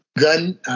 gun